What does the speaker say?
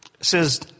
says